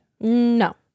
No